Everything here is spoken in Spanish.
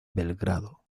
belgrado